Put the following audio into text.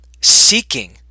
seeking